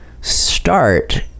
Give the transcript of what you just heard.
start